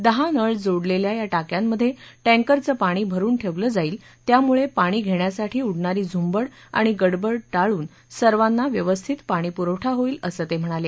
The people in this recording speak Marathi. दहा नळ जोडलेल्या या टाक्यांमध्ये टँकरचं पाणी भरुन ठेवलं जाईल त्यामुळे पाणी घेण्यासाठी उडणारी झुंबड आणि गडबड टळून सर्वांना व्यवस्थित पाणी पुरवठा होईल असं ते म्हणाले